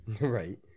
Right